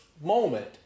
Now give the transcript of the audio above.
moment